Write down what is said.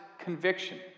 conviction